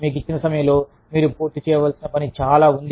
మీకు ఇచ్చిన సమయంలో మీరు పూర్తి చేయలేని పని చాలా ఉంది